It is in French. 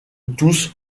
tous